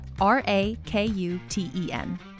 R-A-K-U-T-E-N